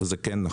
זה כן נכון.